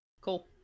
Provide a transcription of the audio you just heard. Cool